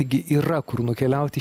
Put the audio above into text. taigi yra kur nukeliauti